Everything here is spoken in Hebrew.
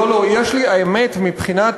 לא, האמת,